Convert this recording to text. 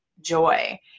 joy